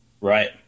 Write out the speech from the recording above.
Right